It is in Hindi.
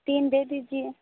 तीन दे दीजिए